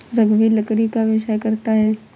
रघुवीर लकड़ी का व्यवसाय करता है